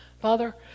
Father